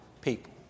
people